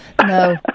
No